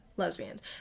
lesbians